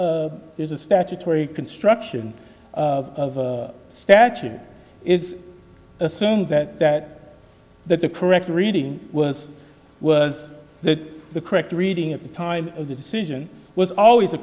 there's a statutory construction of a statute it's assumed that that the correct reading was that the correct reading at the time of the decision was always a